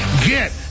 Get